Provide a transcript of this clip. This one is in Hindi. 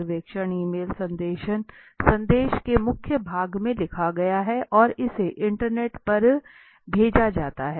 सर्वेक्षण ईमेल संदेश के मुख्य भाग में लिखा गया है और इसे इंटरनेट पर भेजा जाता है